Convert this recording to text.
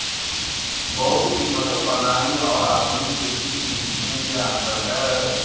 बहुविध फसल प्रणाली और आधुनिक कृषि की विधि में क्या अंतर है?